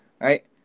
right